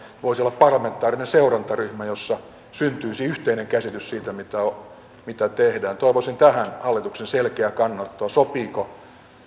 voisi olla parlamentaarinen seurantaryhmä jossa syntyisi yhteinen käsitys siitä mitä tehdään toivoisin tähän hallituksen selkeää kannanottoa sopiiko